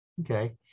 okay